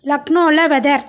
லக்னோவில் வெதர்